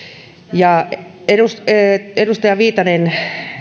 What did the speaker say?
ja edustaja edustaja viitanen